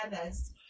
others